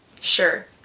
sure